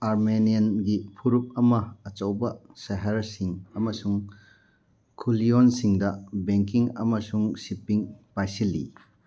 ꯑꯔꯃꯦꯅꯤꯌꯟꯒꯤ ꯐꯨꯔꯨꯞ ꯑꯃ ꯑꯆꯧꯕ ꯁꯍꯔꯁꯤꯡ ꯑꯃꯁꯨꯡ ꯈꯨꯂꯤꯌꯣꯟꯁꯤꯡꯗ ꯕꯦꯡꯀꯤꯡ ꯑꯃꯁꯨꯡ ꯁꯤꯄꯤꯡ ꯄꯥꯏꯁꯤꯜꯂꯤ